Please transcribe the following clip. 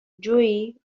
جویی